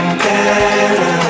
better